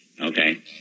Okay